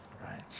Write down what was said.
Right